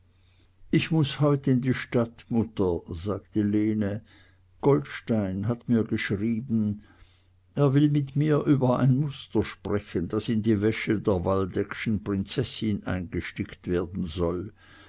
ich muß heut in die stadt mutter sagte lene goldstein hat mir geschrieben er will mit mir über ein muster sprechen das in die wäsche der waldeckschen prinzessin eingestickt werden soll